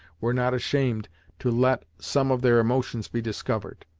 were not ashamed to let some of their emotions be discovered.